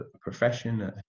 profession